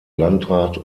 landrat